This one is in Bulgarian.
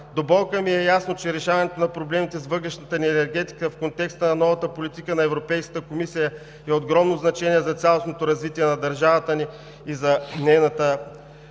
До болка ми е ясно, че решаването на проблемите с въглищната ни енергетика в контекста на новата политика на Европейската комисия е от огромно значение за цялостното развитие на държавата ни и за нейната енергийна,